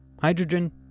Hydrogen